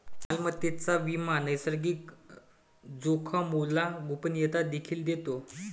मालमत्तेचा विमा नैसर्गिक जोखामोला गोपनीयता देखील देतो